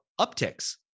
upticks